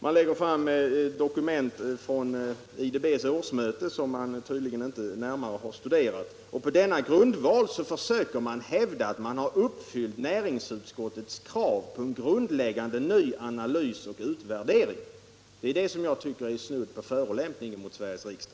Man lägger fram dokument från IDB:s årsmöte som man tydligen inte har studerat närmare, och på denna grundval försöker man hävda att man uppfyllt näringsutskottets krav på en grundläggande ny analys och utvärdering. Det är det som jag tycker är snudd på förolämpning mot Sveriges riksdag!